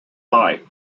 life